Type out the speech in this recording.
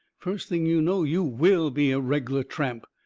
first thing you know, you will be a reg'lar tramp,